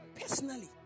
personally